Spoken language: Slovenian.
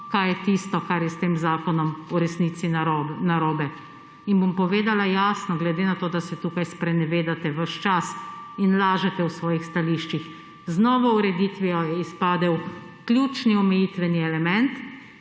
kaj je tisto, kar je s tem zakonom v resnici narobe. In bom povedala jasno, glede na to, da se tukaj sprenevedate ves čas in lažete v svojih stališčih. Z novo ureditvijo je izpadel ključni omejitveni element,